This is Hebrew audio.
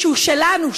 שהוא שלנו,